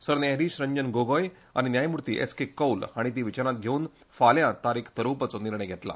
सरन्यायाधीश राजन गोंगोय आनी न्यायमुर्ती एस के कौल हांणी ती विचारांत घेवन फाल्यां तारीक थारावपाचो निर्णय घेतला